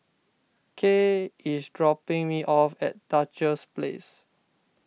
Kaye is dropping me off at Duchess Place